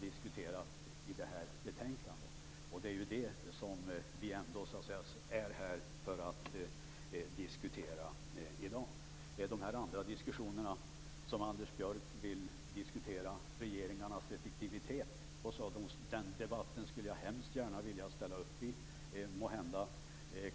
diskuterat i det här betänkandet, som ändå är det som vi är här för att diskutera i dag. Anders Björck vill diskutera regeringarnas effektivitet. Den debatten vill jag hemskt gärna ställa upp i.